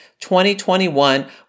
2021